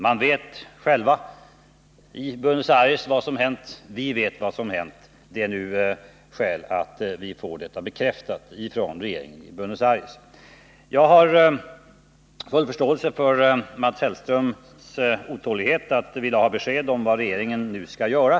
Jag har full förståelse för Mats Hellströms otålighet när det gäller att vilja ha besked om vad regeringen nu skall göra.